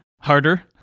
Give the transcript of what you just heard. harder